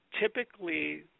Typically